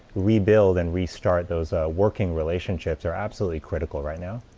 rebuild and restart those working relationships are absolutely critical right now.